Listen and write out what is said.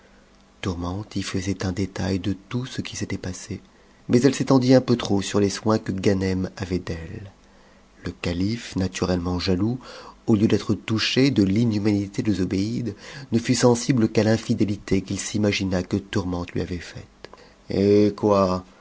tourmente y faisait un détail de tout ce qui s'était passé mais elle s'étendit un peu trop sur les soins que ganem avait d'elle le calife naturellement jaloux au lieu d'être touché de l'inhumanité de zobéide ne fut sensible qu'à l'infidélité qu'il s'imagina que tourmente lui avait faite hé quoi